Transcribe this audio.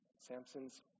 samson's